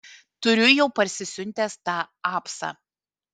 turiu jau parsisiuntęs tą apsą